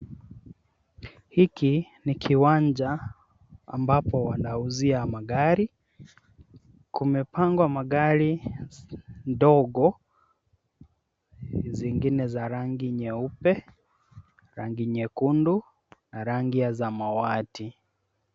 Hiki ni kiwanja ambapo wanauzia magari. Kumepangwa magari ndogo zingine za rangi nyeupe, rangi nyekundu na rangi ya samawati.